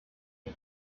red